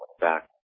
back